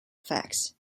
effects